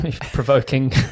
provoking